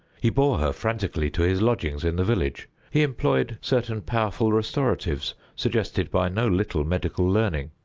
he bore her frantically to his lodgings in the village. he employed certain powerful restoratives suggested by no little medical learning.